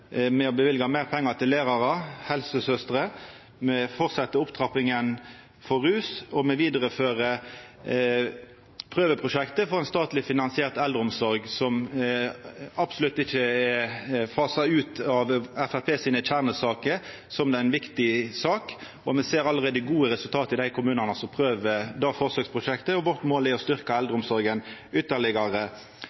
ved å løyva meir pengar til lærarar og helsesystrer. Me fortset opptrappinga for rusfeltet, og me vidarefører prøveprosjektet for ei statleg finansiert eldreomsorg, som absolutt ikkje er fasa ut som ei av kjernesakene til Framstegspartiet – det er ei viktig sak – og me ser allereie gode resultat i dei kommunane som deltek i prøveprosjektet. Vårt mål er å